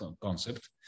concept